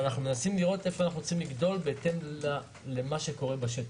אנחנו מנסים לראות איפה אנחנו רוצים לגדול בהתאם למה שקורה בשטח.